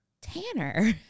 Tanner